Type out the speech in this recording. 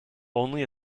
only